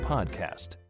Podcast